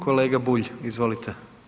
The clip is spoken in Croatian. Kolega Bulj, izvolite.